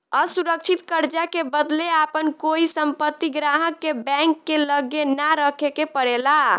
असुरक्षित कर्जा के बदले आपन कोई संपत्ति ग्राहक के बैंक के लगे ना रखे के परेला